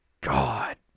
god